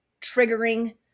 triggering